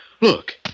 Look